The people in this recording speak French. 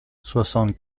soixante